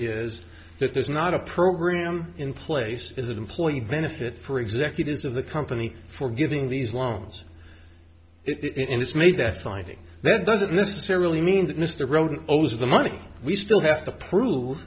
is that there's not a program in place is an employee benefit for executives of the company for giving these loans it it's made that finding that doesn't necessarily mean that mr brown owes the money we still have to prove